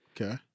Okay